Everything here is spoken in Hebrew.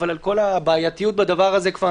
אבל כל הבעייתיות בדבר הזה כבר,